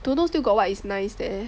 don't know still got what is nice there